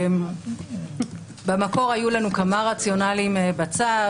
במקור היו לנו כמה רציונאלים בצו